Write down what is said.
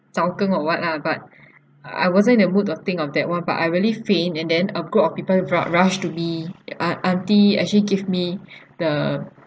zao geng or what lah but I wasn't in a mood of think of that one but I really faint and then a group of people have ru~ rushed to me a~ aunty actually give me the